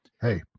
hey